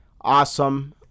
awesome